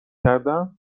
کردم